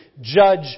judge